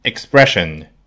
Expression